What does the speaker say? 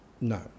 No